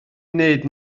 wneud